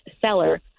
seller